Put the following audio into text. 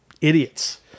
idiots